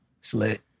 Slit